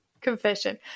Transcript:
Confession